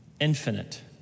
Infinite